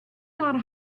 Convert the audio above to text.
not